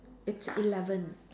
it's eleven